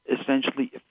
essentially